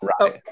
Right